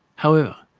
however,